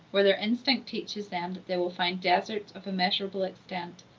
where their instinct teaches them that they will find deserts of immeasurable extent.